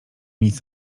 nic